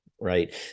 Right